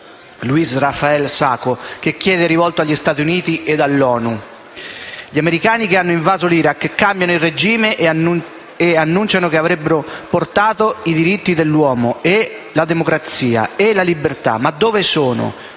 Louis Raphael Sako, che chiede - rivolto agli Stati Uniti ed all'ONU - dove sono gli americani che hanno invaso l'Iraq, cambiato il regime e annunciato che avrebbero portato i diritti dell'uomo, la democrazia e la libertà; dov'è